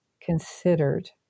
considered